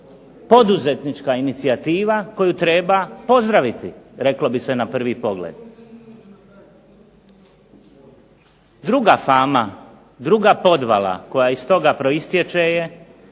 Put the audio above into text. poduzetnička inicijativa koju treba pozdraviti reklo bi se na prvi pogled? Druga fama, druga podvala koja iz toga proistječe je